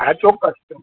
હા ચોક્કસ